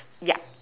yup